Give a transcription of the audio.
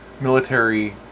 military